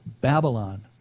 Babylon